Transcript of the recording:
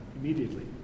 immediately